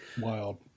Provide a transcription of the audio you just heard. Wild